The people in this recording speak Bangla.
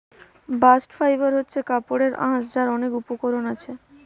বাস্ট ফাইবার হচ্ছে কাপড়ের আঁশ যার অনেক উপকরণ আছে